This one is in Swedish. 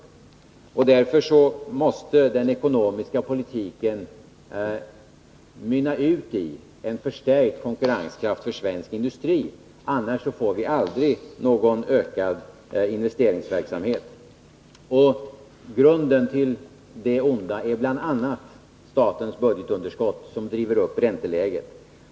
Av den anledningen måste den ekonomiska politiken mynna ut i en förstärkt konkurrenskraft för svensk industri — annars får vi aldrig någon ökad investeringsverksamhet. Grunden till det onda är bl.a. statens budgetunderskott, som driver upp ränteläget.